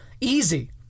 easy